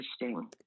interesting